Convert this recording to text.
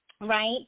right